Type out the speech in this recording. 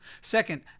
Second